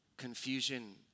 Confusion